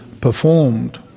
Performed